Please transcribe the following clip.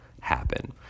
happen